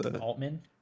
Altman